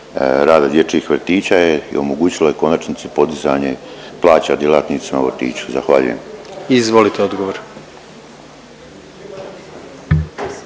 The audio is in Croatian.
rada dječjih vrtića je i omogućilo u konačnici i podizanje plaća djelatnicama u vrtiću. Zahvaljujem. **Jandroković,